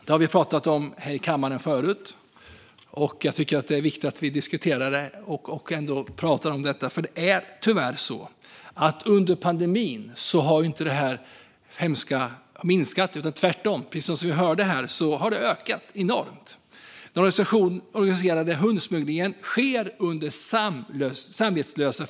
Vi har pratat om detta i kammaren tidigare, och jag tycker att det är viktigt att vi diskuterar det. Det är nämligen tyvärr så att detta hemska inte har minskat under pandemin, utan precis som vi hörde här har det tvärtom ökat enormt. Den organiserade hundsmugglingen sker helt samvetslöst.